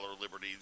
Liberty